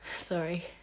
sorry